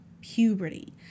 puberty